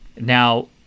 Now